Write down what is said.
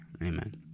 Amen